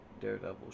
daredevil